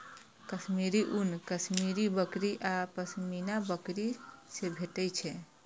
कश्मीरी ऊन कश्मीरी बकरी आ पश्मीना बकरी सं भेटै छै